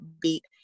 beat